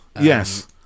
Yes